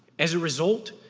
as a result,